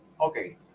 okay